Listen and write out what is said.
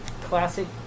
classic